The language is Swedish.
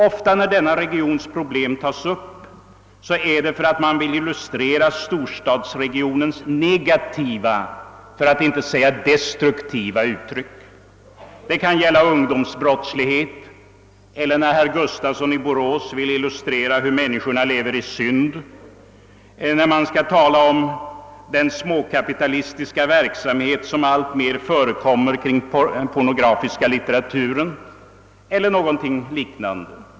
Ofta när denna regions problem tas upp, är det för att illustrera storstadsregionernas negativa — för att inte säga destruktiva — uttryck. Det kan gälla ungdomsbrottslighet, det kan vara när herr Gustafsson i Borås vill illustrera hur människorna lever i synd, eller det kan vara den småkapitalistiska verksamhet som förekommer alltmer kring den pornografiska litteraturen eller någonting liknande.